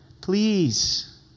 Please